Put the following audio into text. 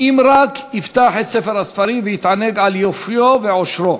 אם רק יפתח את ספר הספרים ויתענג על יופיו ועושרו.